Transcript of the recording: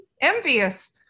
envious